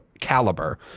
caliber